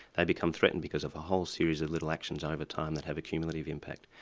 they become threatened because of a whole series of little actions over time that have a cumulative impact.